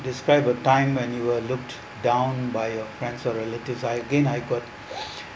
describe a time when you were looked down by your friends or relatives I again I got